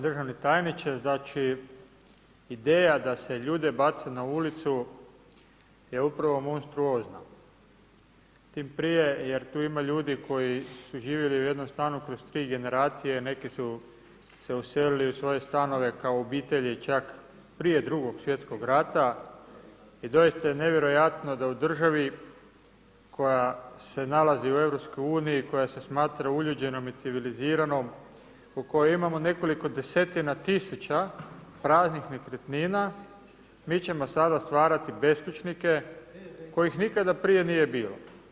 Državni tajniče, ideja da se ljude baci na ulicu je upravo monstruozna tim prije jer tu ima ljudi koji su živjeli u jednom stanku kroz tri generacije, neki su se uselili u svoje stanove kao obitelji čak prije II. svjetskog rata i doista je nevjerojatno da u državi koja se nalazi u EU-u, koja se smatra uljuđenom i civiliziranom, u kojoj imamo nekoliko desetina tisuća praznih nekretnina, mi ćemo sada stvarati beskućnike kojih nikada prije nije bilo.